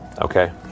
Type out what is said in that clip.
Okay